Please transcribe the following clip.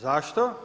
Zašto?